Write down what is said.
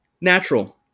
Natural